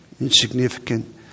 insignificant